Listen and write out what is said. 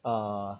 err